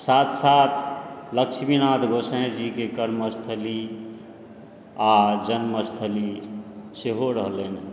साथ साथ लक्ष्मीनाथ गोसाईं जीके कर्मस्थली आओर जन्मस्थली सेहो रहलनि हँ